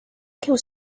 kills